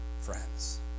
friends